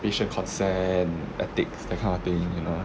patient consent ethics that kind of thing you know